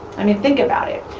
i mean, think about it,